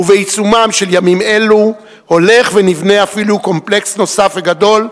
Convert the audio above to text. ובעיצומם של ימים אלו הולך ונבנה אפילו קומפלקס נוסף וגדול,